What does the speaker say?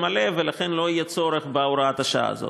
מלא ולכן לא יהיה צורך בהוראת השעה הזאת.